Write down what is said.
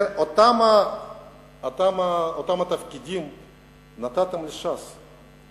אותם התפקידים נתתם לש"ס,